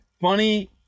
funny